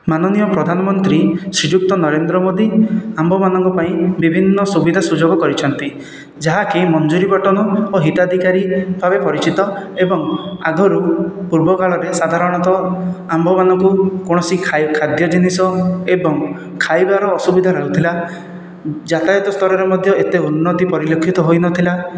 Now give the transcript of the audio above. ମାନନୀୟ ପ୍ରଧାନମନ୍ତ୍ରୀ ଶ୍ରୀଯୁକ୍ତ ନରେନ୍ଦ୍ର ମୋଦି ଆମ୍ଭମାନଙ୍କ ପାଇଁ ବିଭିନ୍ନ ସୁବିଧା ସୁଯୋଗ କରିଛନ୍ତି ଯାହାକି ମଜୁରି ବଣ୍ଟନ ଓ ହିତାଧିକାରୀ ଭାବେ ପରିଚିତ ଏବଂ ଆଗରୁ ପୂର୍ବକାଳରେ ସାଧାରଣତଃ ଆମ୍ଭମାନଙ୍କୁ କୌଣସି ଖାଦ୍ୟ ଜିନିଷ ଏବଂ ଖାଇବାର ଅସୁବିଧା ରହୁଥିଲା ଯାତାୟାତ ସ୍ତରରେ ମଧ୍ୟ ଏତେ ଉନ୍ନତି ପରିଲକ୍ଷିତ ହୋଇନଥିଲା